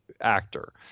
actor